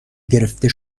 گرفته